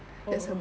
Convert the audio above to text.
oh